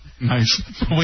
Nice